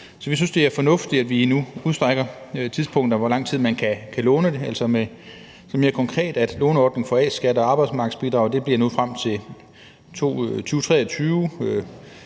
Så vi synes, det er fornuftigt, at vi nu udstrækker tidspunktet for, hvor lang tid man kan låne, altså mere konkret, at låneordningen for A-skat og arbejdsmarkedsbidrag nu bliver frem til 2023.